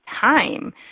time